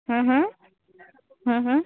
હમ્મ હમ્મ હમ્મ હમ્મ